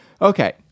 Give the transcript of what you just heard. okay